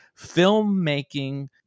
filmmaking